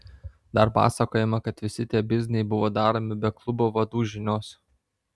dar pasakojama kad visi tie bizniai buvo daromi be klubo vadų žinios